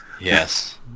Yes